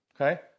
Okay